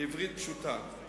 בעברית פשוטה,